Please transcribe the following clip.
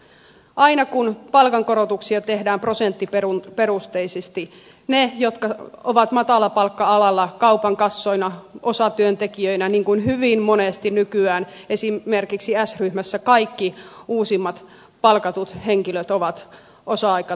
aina kun palkankorotuksia tehdään prosenttiperusteisesti missä on niiden huomioiminen jotka ovat matalapalkka alalla kaupan kassoina osatyöntekijöinä niin kuin hyvin monesti nykyään esimerkiksi s ryhmässä kaikki uusimmat palkatut henkilöt ovat osa aikatyöntekijöitä